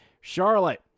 Charlotte